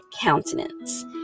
countenance